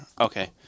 Okay